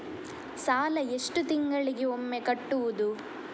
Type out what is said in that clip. ಸಾಲ ಎಷ್ಟು ತಿಂಗಳಿಗೆ ಒಮ್ಮೆ ಕಟ್ಟುವುದು?